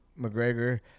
mcgregor